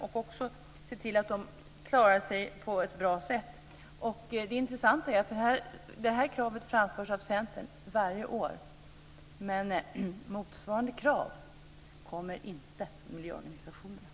Man bör se till att de klarar sig på ett bra sätt. Det intressanta är dock att detta krav framförs av Centern varje år, men motsvarande krav kommer inte från miljöorganisationerna.